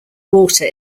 water